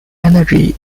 energy